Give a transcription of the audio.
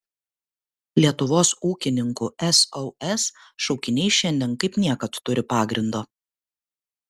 lietuvos ūkininkų sos šaukiniai šiandien kaip niekad turi pagrindo